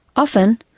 often,